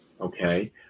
Okay